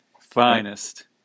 Finest